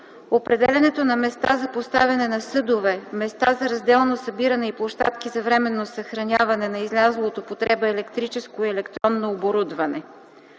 определянето на места за поставяне на съдове, места за разделно събиране и площадки за временно съхраняване на излязло от употреба електрическо и електронно оборудване;”